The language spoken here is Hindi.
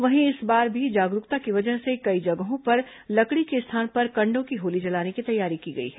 वहीं इस बार भी जागरूकता की वजह से कई जगहों पर लकड़ी के स्थान पर कण्डों की होली जलाने की तैयारी की गई है